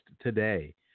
today